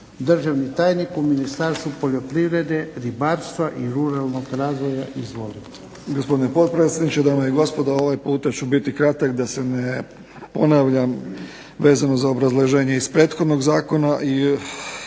državni tajnik u Ministarstvu poljoprivrede, ribarstva i ruralnog razvoja. Izvolite.